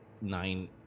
nine